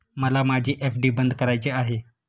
मला माझी एफ.डी बंद करायची आहे